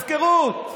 הפקרות.